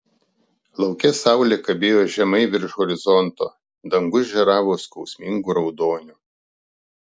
lauke saulė kabėjo žemai virš horizonto dangus žėravo skausmingu raudoniu